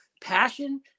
Passion